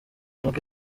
nk’uko